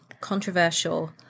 controversial